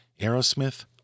Aerosmith